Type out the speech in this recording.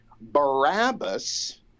Barabbas